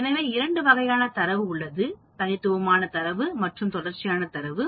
எனவே இரண்டு வகையான தரவு உள்ளதுதனித்துவமான தரவு மற்றும் தொடர்ச்சியான தரவு